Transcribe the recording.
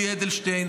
יולי אדלשטיין,